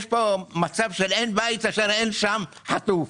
יש פה מצב שאין בית אשר אין שם חטוף,